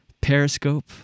Periscope